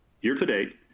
Year-to-date